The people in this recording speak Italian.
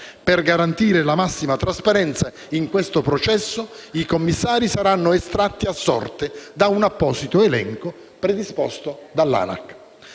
Per garantire la massima trasparenza in questo processo, i commissari saranno estratti a sorte da un apposito elenco predisposto dall'ANAC.